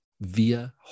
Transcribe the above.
via